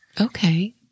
Okay